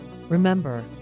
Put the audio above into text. remember